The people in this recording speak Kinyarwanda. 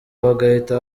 bagahita